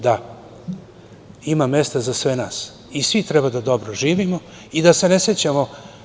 Da, ima mesta za sve nas i svi treba da dobro živimo i da se ne sećamo.